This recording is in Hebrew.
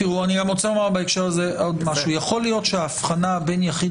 אני גם רוצה לומר בהקשר הזה עוד משהו: יכול להיות שהאבחנה בין יחיד